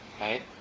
right